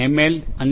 L અને D